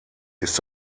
ist